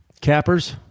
Cappers